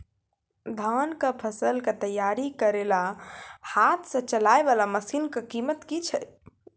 धान कऽ फसल कऽ तैयारी करेला हाथ सऽ चलाय वाला मसीन कऽ कीमत की छै?